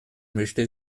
möchte